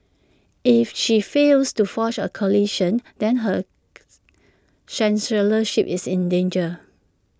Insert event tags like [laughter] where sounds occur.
if she fails to forge A coalition then her [noise] chancellorship is in danger